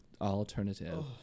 alternative